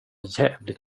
jävligt